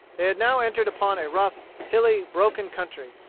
they had now entered upon a rough, hilly, broken country.